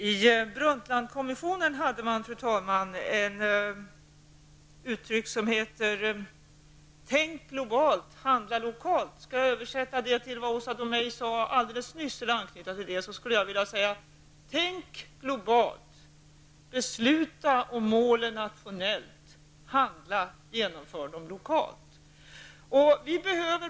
Fru talman! Brundtlandkommissionen lanserade uttrycket: Tänk globalt, handla lokalt! Om jag skulle anknyta det till vad Åsa Domeij sade alldeles nyss, skulle jag vilja säga: Tänk globalt, besluta om målen nationellt, handla och genomför dem lokalt!